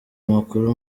amakuru